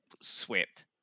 swept